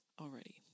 already